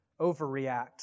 overreact